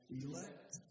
elect